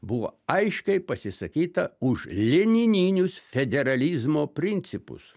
buvo aiškiai pasisakyta už lenininius federalizmo principus